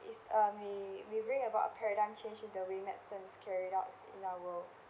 is uh may we bring about a paradigm change in the way medicine's carried out in our world